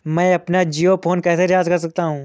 मैं अपना जियो फोन कैसे रिचार्ज कर सकता हूँ?